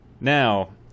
Now